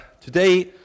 today